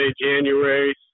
January